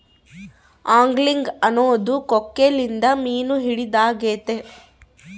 angling ಅನ್ನೊದು ಕೊಕ್ಕೆಲಿಂದ ಮೀನು ಹಿಡಿದಾಗೆತೆ